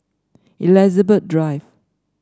Elizabeth Drive